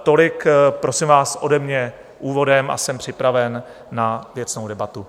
Tolik, prosím vás, ode mě úvodem a jsem připraven na věcnou debatu.